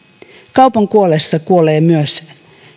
kaupan kuollessa kuolee myös